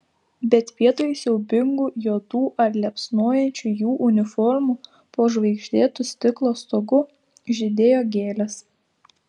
bet vietoj siaubingų juodų ar liepsnojančių jų uniformų po žvaigždėtu stiklo stogu žydėjo gėlės